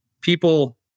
people